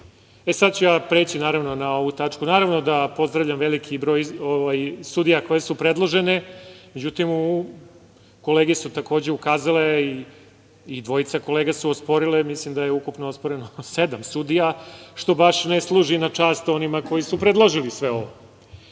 ću ja preći na ovo tačku. Naravno da pozdravljam veliki broj sudija koje su predložene, međutim, kolege su takođe ukazale i dvojica kolega su osporile, mislim da je ukupno osporeno sedam sudija, što baš ne služi na čast onima koji su predložili sve ovo.